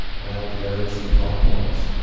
and i don't think i've ever seen pompoms